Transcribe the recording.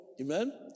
amen